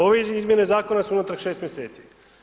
Ove izmjene zakona su unatrag 6 mjeseci.